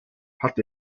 hat